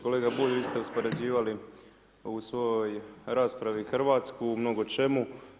Kolega Bulj vi ste uspoređivali u svojoj raspravi Hrvatsku u mnogo čemu.